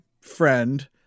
friend